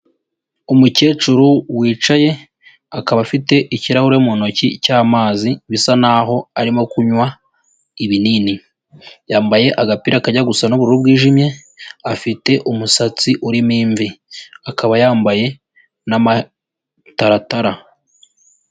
Umukecuru wicaye akaba afite ikirahuri mu ntoki cyamazi bisa n'aho arimo kunywa ibinini, yambaye agapira kanjya gusa n'ubururu bwijimye afite umusatsi urimo imvi , akaba yambaye n'amataratara.